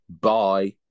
Bye